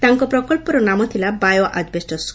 ତାଙ୍କ ପ୍ରକବ୍ବର ନାମ ଥିଲା 'ବାୟୋ ଆଜ୍ବେଷ୍ଟସ୍'